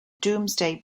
domesday